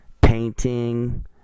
Painting